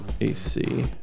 AC